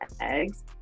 eggs